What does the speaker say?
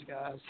guys